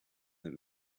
that